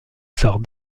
sort